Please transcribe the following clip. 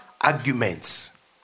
arguments